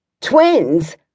Twins